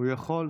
הוא יכול.